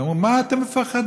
הם אמרו: מה אתם מפחדים?